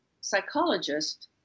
psychologist